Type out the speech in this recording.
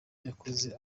yakoze